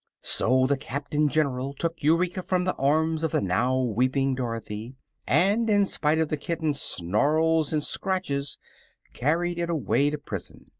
so the captain-general took eureka from the arms of the now weeping dorothy and in spite of the kitten's snarls and scratches carried it away to prison.